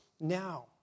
now